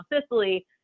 sicily